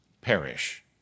perish